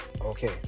okay